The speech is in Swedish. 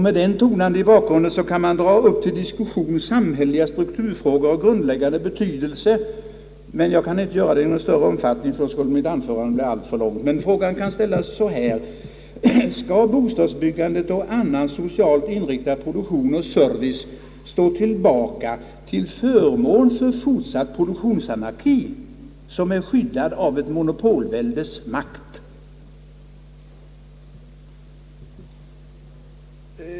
Men den tonande i bakgrunden kan man dra upp till diskussion samhälleliga strukturfrågor av grundläggande betydelse, men jag skall inte göra det här i någon större omfattning, eftersom mitt anförande annars skulle bli för långt. Skall bostadsbyggandet och annan socialt inriktad produktion och service stå tillbaka till förmån för fortsatt produktionsanarki som är skyddad av ett monopolväldes makt?